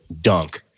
dunk